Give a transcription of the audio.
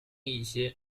一些